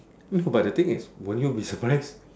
no but the thing is won't you be surprised